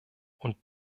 und